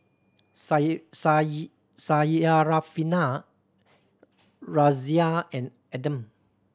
Syarafina Raisya and Adam